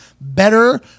better